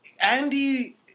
Andy